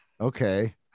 okay